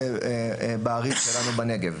בארץ שלנו, בנגב.